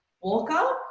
Walker